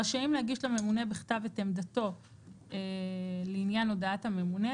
רשאים להגיש לממונה בכתב את עמדתו לעניין הודעת הממונה,